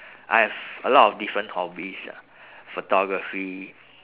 I have a lot of different hobbies ah photography